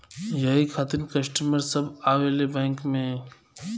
यही खातिन कस्टमर सब आवा ले बैंक मे?